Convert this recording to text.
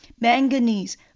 manganese